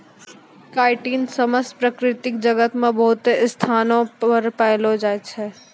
chitin समस्त प्रकृति जगत मे बहुते स्थानो पर पैलो जाय छै